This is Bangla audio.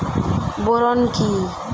বোরন কি?